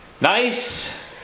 Nice